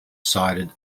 sided